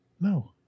No